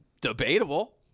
Debatable